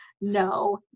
No